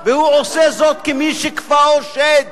והוא עושה זאת כמי שכפאו שד,